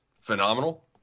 phenomenal